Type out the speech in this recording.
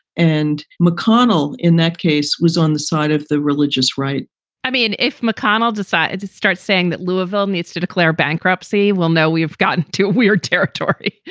and mcconnell in that case was on the side of the religious right i mean, if mcconnell decided to start saying that louisville needs to declare bankruptcy, well, now we have gotten to weird territory.